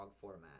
format